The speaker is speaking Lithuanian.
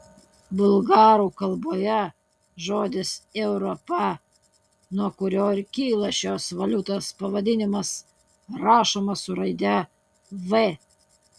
bulgarų kalboje žodis europa nuo kurio ir kyla šios valiutos pavadinimas rašomas su raide v